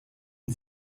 und